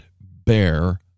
bear